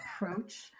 approach